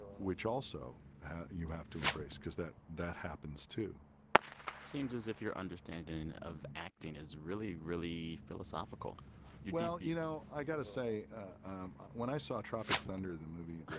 which also you have to embrace because that that happens too seems as if your understanding of acting is really, really philosophical well, you know, i got to say um when i saw tropic thunder, the movie that.